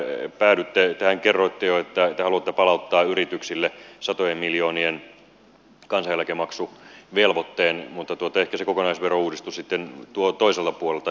tehän kerroitte jo että te haluatte palauttaa yrityksille satojen miljoonien kansaneläkemaksuvelvoitteen mutta ehkä se kokonaisverouudistus sitten tuo toiselta puolelta jotakin hyvää